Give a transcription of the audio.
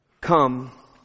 come